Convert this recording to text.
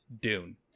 Dune